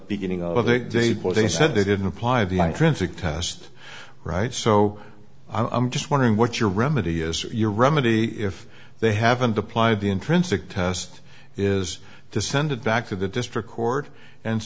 beginning of the day before they said they didn't apply the intrinsic test right so i'm just wondering what your remedy is your remedy if they haven't applied the intrinsic test is to send it back to the district court and